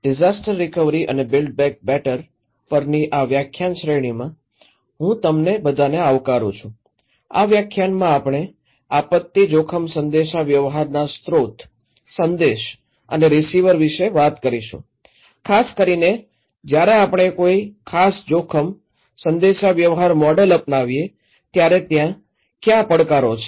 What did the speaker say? disaster recovery અને build back better પરની આ વ્યાખ્યાન શ્રેણીમાં હું તમને બધાને આવકારું છું આ વ્યાખ્યાનમાં આપણે આપત્તિ જોખમ સંદેશાવ્યવહારના સ્રોત સંદેશ અને રીસીવર વિશે વાત કરીશું ખાસ કરીને જ્યારે આપણે કોઈ ખાસ જોખમ સંદેશાવ્યવહાર મોડેલ અપનાવીએ ત્યારે ત્યાં ક્યાં પડકારો છે